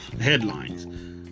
headlines